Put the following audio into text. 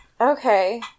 Okay